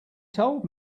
told